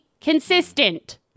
consistent